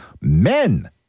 men